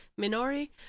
Minori